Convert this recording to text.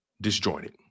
disjointed